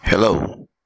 Hello